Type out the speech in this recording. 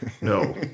no